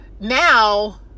now